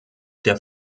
der